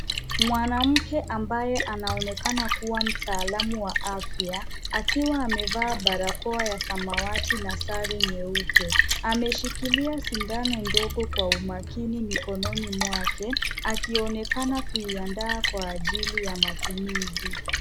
Mwanamke ambaye anaonekana kuwa mtaalamu wa afya akiwa amevaa barakoa ya samawati na sare nyeupe ameshikilia sindano ndogo kwa umakini mikononi mwake akionekana kuiandaa kwa ajili ya matumizi.